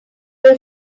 who